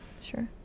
sure